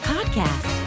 Podcast